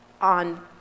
on